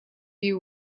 you